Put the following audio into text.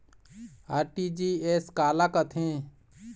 RTGS काला कथें?